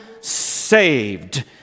Saved